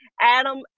Adam